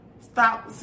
Stop